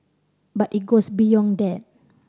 but it goes beyond that